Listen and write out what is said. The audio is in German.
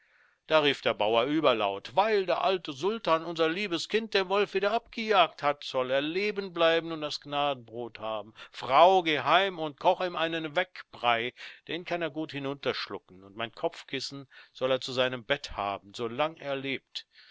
da rief der bauer überlaut weil der alte sultan unser liebes kind dem wolf wieder abgejagt hat soll er leben bleiben und das gnadenbrod haben frau geh heim und koch ihm einen weckbrei den kann er gut hinunterschlucken und mein kopfkissen soll er zu seinem bett haben so lang er lebt